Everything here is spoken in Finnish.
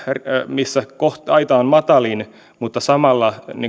missä aita on matalin mutta samalla